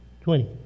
twenty